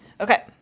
okay